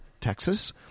Texas